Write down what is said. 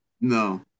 No